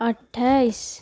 अठ्ठाइस